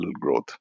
growth